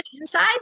inside